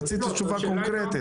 רציתי תשובה קונקרטית.